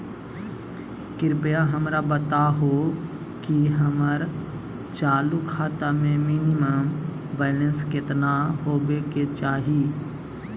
कृपया हमरा बताहो कि हमर चालू खाता मे मिनिमम बैलेंस केतना होबे के चाही